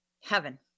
heaven